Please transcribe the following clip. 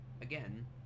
again